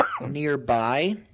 nearby